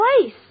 place